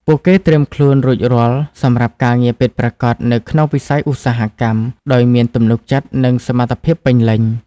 ពួកគេត្រៀមខ្លួនរួចរាល់សម្រាប់ការងារពិតប្រាកដ នៅក្នុងវិស័យឧស្សាហកម្ម ដោយមានទំនុកចិត្ត និងសមត្ថភាពពេញលេញ។